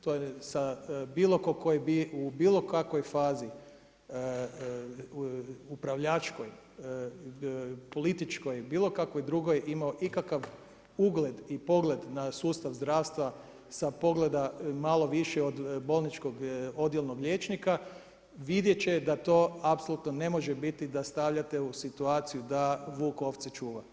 To je sa bilo tko tko je u bilo kakvoj fazi upravljačkoj, političkoj, bilo kakvoj drugoj imao ikakav ugled i pogled na sustav zdravstva sa pogleda malo više od bolničkog odjelnog liječnika vidjet će da to apsolutno ne može biti da stavljate u situaciju da vuk ovce čuva.